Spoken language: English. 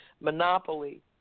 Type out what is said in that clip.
monopoly